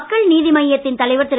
மக்கள் நீதி மய்யத்தின் தலைவர் திரு